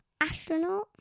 astronaut